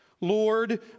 Lord